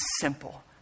simple